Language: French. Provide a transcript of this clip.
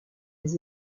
des